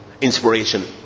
inspiration